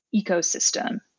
Ecosystem